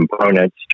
components